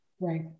Right